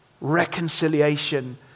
reconciliation